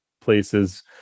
places